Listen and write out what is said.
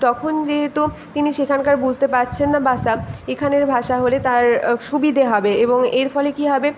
তখন যেহেতু তিনি সেখানকার বুঝতে পারছেন না ভাষা এখানের ভাষা হলে তার সুবিধে হবে এবং এর ফলে কী হবে